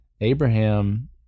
Abraham